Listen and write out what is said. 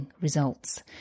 results